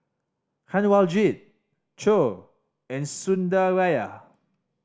Kanwaljit Choor and Sundaraiah